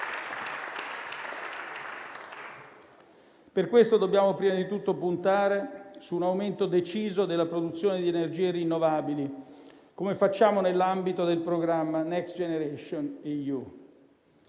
Per questo dobbiamo prima di tutto puntare su un aumento deciso della produzione di energie rinnovabili, come facciamo nell'ambito del programma Next generation EU.